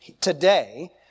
today